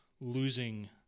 losing